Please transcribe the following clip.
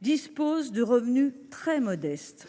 jouissent de revenus très modestes.